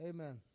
Amen